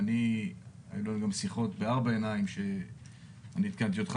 היו לנו גם שיחות בארבע עיניים שבהן עדכנתי אותך